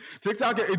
TikTok